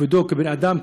וכבודו כבן-אדם,